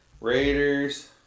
Raiders